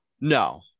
no